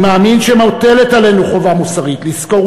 אני מאמין שמוטלת עלינו חובה מוסרית לזכור